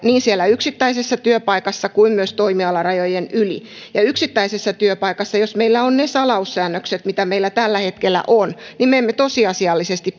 niin siellä yksittäisessä työpaikassa kuin myös toimialarajojen yli ja yksittäisessä työpaikassa jos meillä on ne salaussäännökset mitä meillä tällä hetkellä on niin me emme tosiasiallisesti